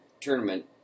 tournament